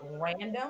random